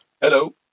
Hello